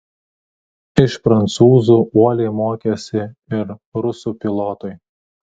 iš prancūzų uoliai mokėsi ir rusų pilotai